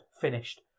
finished